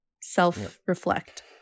self-reflect